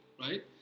right